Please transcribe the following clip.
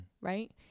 Right